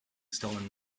stolen